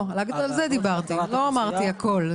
רק על זה דיברתי, לא אמרת הכול.